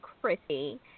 Chrissy